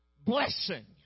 blessing